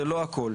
זה לא הכל.